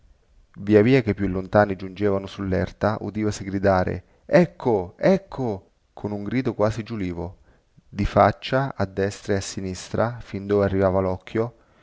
via via che i più lontani giungevano sullerta udivasi gridare ecco ecco con un grido quasi giulivo di faccia a destra e a sinistra fin dove arrivava locchio